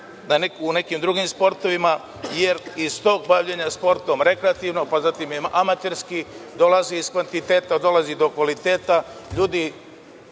u nekim drugim sportovima, jer iz tog bavljenja sportom rekreativno, pa zatim i amaterski, dolazi iz kvantiteta do kvaliteta,